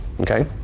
Okay